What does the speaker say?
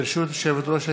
ברשות יושבת-ראש הישיבה,